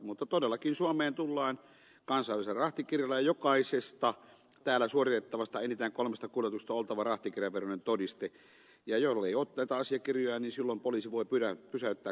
mutta todellakin suomeen tullaan kansainvälisellä rahtikirjalla ja jokaisesta täällä suoritettavasta enintään kolmesta kuljetuksesta on oltava rahtikirjan veroinen todiste ja jollei ole näitä asiakirjoja niin silloin poliisi voi pysäyttää kuljetuksen